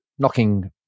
knocking